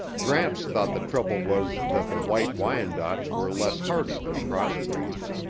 gramps thought the trouble was that the white wyandottes were less hardy than crossbreeds.